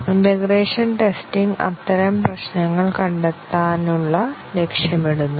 integration testing അത്തരം പ്രശ്നങ്ങൾ കണ്ടെത്താനുള്ള ലക്ഷ്യമിടുന്നു